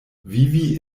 vivi